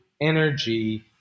energy